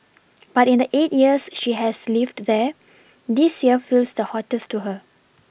but in the eight years she has lived there this year feels the hottest to her